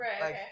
Right